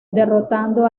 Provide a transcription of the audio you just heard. derrotando